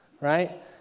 Right